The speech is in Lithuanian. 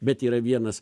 bet yra vienas